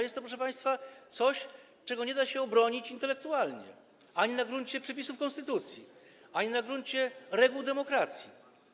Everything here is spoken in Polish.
Jest to, proszę państwa, coś, czego nie da się obronić intelektualnie ani na gruncie przepisów konstytucji, ani na gruncie reguł demokracji.